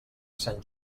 sant